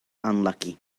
unlucky